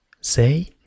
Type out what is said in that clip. Say